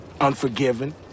Unforgiven